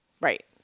Right